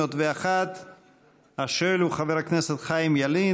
501. השואל הוא חבר הכנסת חיים ילין.